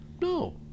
No